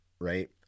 right